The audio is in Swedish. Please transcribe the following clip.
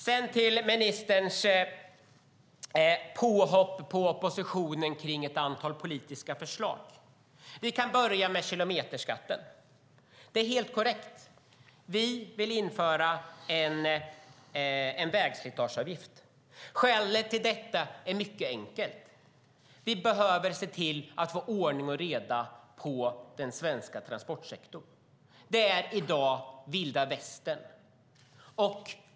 Sedan till ministerns påhopp på oppositionen om ett antal politiska förslag, och vi kan börja med kilometerskatten. Det är helt korrekt att vi vill införa en vägslitageavgift. Skälet till detta är mycket enkelt: Vi behöver se till att få ordning och reda på den svenska transportsektorn. Det är i dag som vilda västern.